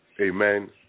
Amen